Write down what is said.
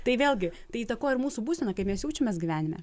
tai vėlgi tai įtakoja ir mūsų būseną kaip mes jaučiamės gyvenime